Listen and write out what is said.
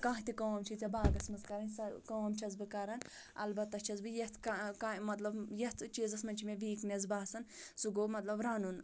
کانٛہہ تہِ کٲم چھےٚ ژےٚ باغَس منٛز کرٕنۍ سۄ کٲم چھیٚس بہٕ کران اَلبتہ چھیٚس بہٕ یَتھ کامہِ مطلب یَتھ چیٖزَس منٛز چھِ مےٚ ویٖکنیٚس باسان سُہ گوٚو مطلب رَنُن